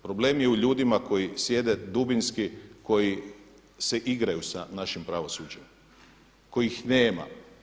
Problem je u ljudima koji sjede dubinski, koji se igraju sa našim pravosuđem, kojih nema.